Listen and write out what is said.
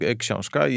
książka